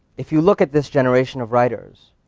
if you look at this generation of writers,